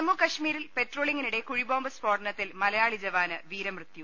ജമ്മുകശ്മീരിൽ പട്രോളിങ്ങിനിടെ കുഴിബോംബ് സ്ഫോടനത്തിൽ മലയാളി ജവാന് വീരമൃത്യു